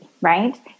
right